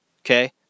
okay